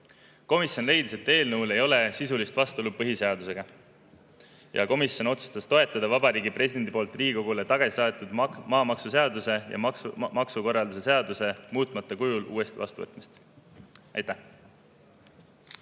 Komisjon leidis, et eelnõul ei ole sisulist vastuolu põhiseadusega, ja komisjon otsustas toetada Vabariigi Presidendi poolt Riigikogule tagasi saadetud maamaksuseaduse ja maksukorralduse seaduse muutmata kujul uuesti vastuvõtmist. Aitäh!